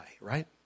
right